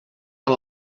per